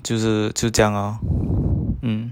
就是就是这样 loh mm